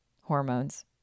hormones